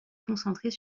concentrer